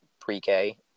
pre-K